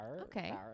Okay